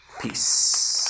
peace